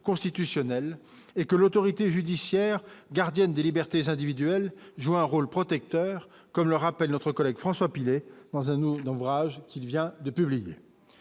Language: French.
constitutionnelles et que l'autorité judiciaire, gardienne des libertés individuelles, jouent un rôle protecteur, comme le rappelle notre collègue François Pilet dans un, dans l'ouvrage qu'il vient de publier